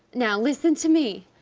now listen to me,